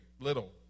little